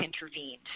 intervened